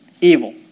evil